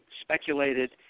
speculated